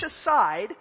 aside